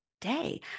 day